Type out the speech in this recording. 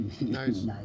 Nice